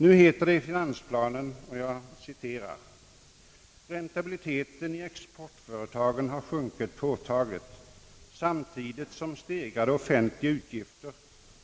Nu heter det i finansplanen: »Räntabiliteten i exportföretagen har sjunkit påtagligt, samtidigt som stegrade offentliga utgifter